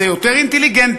זה יותר אינטליגנטי,